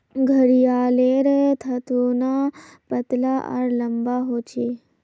घड़ियालेर थथोना पतला आर लंबा ह छे